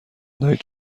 دهید